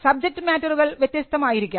subject മാറ്ററുകൾ വ്യത്യസ്തമായിരിക്കാം